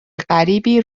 غریبی